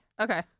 Okay